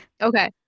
Okay